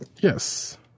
yes